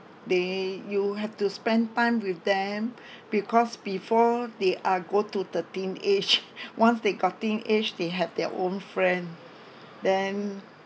they you have to spend time with them because before they are go to the teenage once they go teenage they have their own friend then